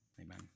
amen